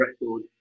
record